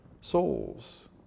souls